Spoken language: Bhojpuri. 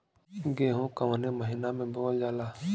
गेहूँ कवने महीना में बोवल जाला?